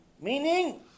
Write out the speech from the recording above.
Meaning